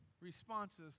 responses